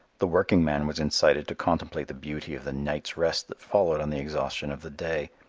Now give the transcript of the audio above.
the working man was incited to contemplate the beauty of the night's rest that followed on the exhaustion of the day.